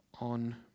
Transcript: on